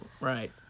Right